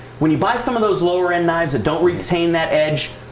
when you buy some of those lower and knives that don't retain that edge.